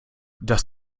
dass